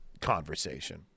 conversation